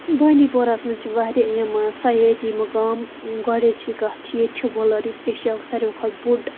بانڈی پورہَس مَنٛز چھِ واریاہ یِم سَیٲتی مقام گۄڈنچی کتھ چھِ ییٚتہِ چھُ وُلر یُس ایشیاہُک ساروس کھۄتہٕ بوٚڈ